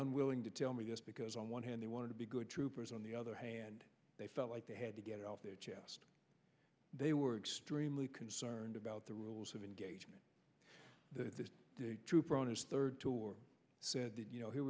unwilling to tell me just because on one hand they wanted to be good troopers on the other hand they felt like they had to get off their chest they were extremely concerned about the rules of engagement the trooper on his third tour said you know he